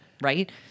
Right